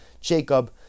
Jacob